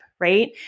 right